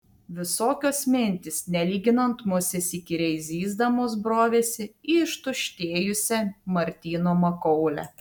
visokios mintys nelyginant musės įkyriai zyzdamos brovėsi į ištuštėjusią martyno makaulę